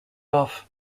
off